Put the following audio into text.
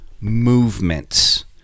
movements